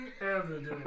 evidence